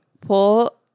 pull